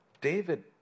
David